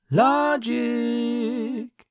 logic